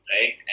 right